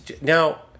Now